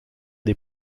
des